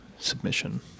submission